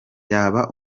yaba